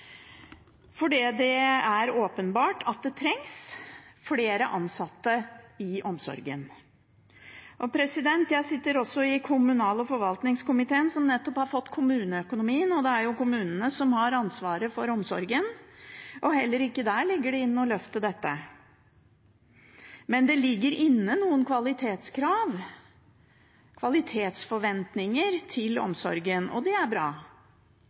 Det er åpenbart at det trengs flere ansatte i eldreomsorgen. Jeg sitter i kommunal- og forvaltningskomiteen, som nettopp har fått kommuneproposisjonen – det er kommunene som har ansvaret for omsorgen – og heller ikke der ligger det inne noe løft til dette. Men det ligger inne noen kvalitetskrav – kvalitetsforventninger – til omsorgen. Det er bra.